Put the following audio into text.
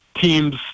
teams